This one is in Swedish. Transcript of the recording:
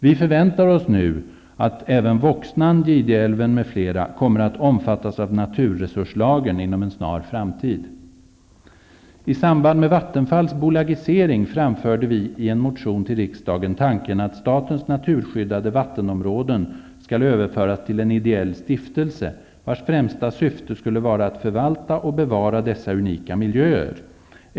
Vi förväntar oss nu att även Voxnan, Gideälven, m.fl. kommer att omfattas av naturresurslagen inom en snar framtid. I samband med Vattenfalls bolagisering framförde vi i en motion till riksdagen tanken att statens naturskyddade vattenområden skall överföras till en idéell stiftelse, vars främsta syfte skulle vara att förvalta och bevara dessa unika miljöer.